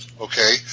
okay